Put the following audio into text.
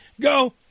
go